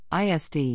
ISD